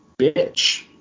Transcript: bitch